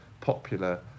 popular